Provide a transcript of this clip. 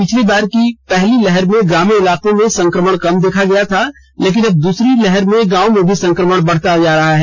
पिछली बार की पहली लहर में ग्रामीण इलाकों में संक्रमण कम देखा गया था लेकिन अब दूसरी लहर में गांव में भी संक्रमण बढ़ता जा रहा है